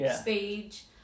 stage